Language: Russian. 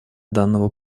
данного